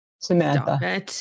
Samantha